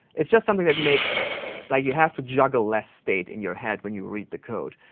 it's just something that makes like you have to juggle less state in your head when you read the code.